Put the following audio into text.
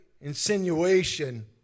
insinuation